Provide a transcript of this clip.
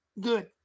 good